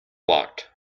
locked